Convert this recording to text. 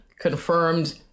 confirmed